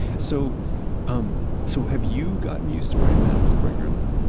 so um so have you gotten used to wearing a mask regularly?